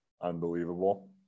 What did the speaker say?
unbelievable